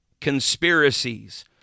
conspiracies